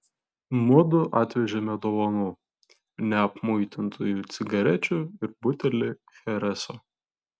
mudu atvežėme dovanų neapmuitintųjų cigarečių ir butelį chereso